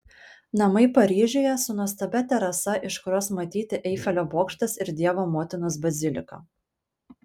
namai paryžiuje su nuostabia terasa iš kurios matyti eifelio bokštas ir dievo motinos bazilika